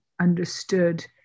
understood